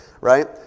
right